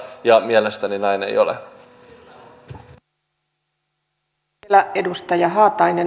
ja mielestäni näin ei ole